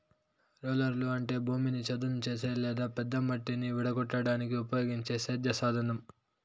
రోలర్లు అంటే భూమిని చదును చేసే లేదా పెద్ద మట్టిని విడగొట్టడానికి ఉపయోగించే సేద్య సాధనం